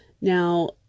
Now